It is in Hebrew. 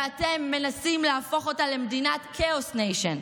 ואתם מנסים להפוך אותה למדינת כאוס ניישן.